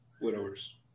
widowers